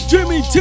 Jimmy